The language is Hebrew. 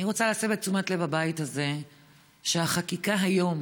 אני רוצה להסב את תשומת לב הבית הזה שהחקיקה היום